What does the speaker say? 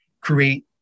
create